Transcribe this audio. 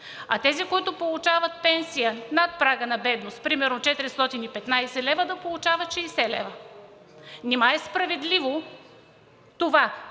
А тези, които получават пенсия над прага на бедност, примерно 415 лв., да получават 60 лв. Нима е справедливо това